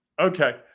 Okay